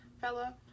fella